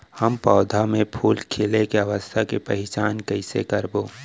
हम पौधा मे फूल खिले के अवस्था के पहिचान कईसे करबो